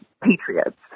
patriots